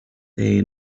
they